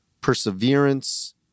perseverance